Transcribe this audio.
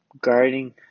guarding